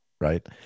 right